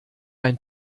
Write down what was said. ein